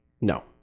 No